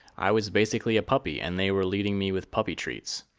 i was basically a puppy, and they were leading me with puppy treats.